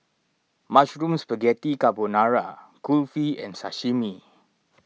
Mushroom Spaghetti Carbonara Kulfi and Sashimi